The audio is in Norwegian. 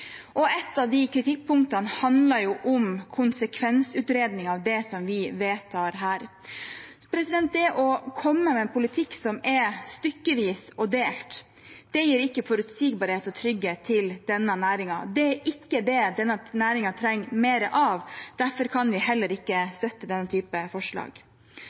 og et av kritikkpunktene handler om konsekvensutredning av det vi vedtar her. Det å komme med en politikk som er stykkevis og delt, gir ikke forutsigbarhet og trygghet til denne næringen. Det er ikke det denne næringen trenger mer av. Derfor kan vi heller ikke støtte denne typen forslag.